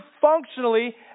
functionally